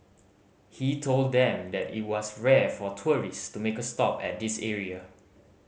he told them that it was rare for tourist to make a stop at this area